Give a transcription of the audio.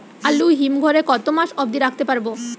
আলু হিম ঘরে কতো মাস অব্দি রাখতে পারবো?